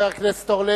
חבר הכנסת אורלב,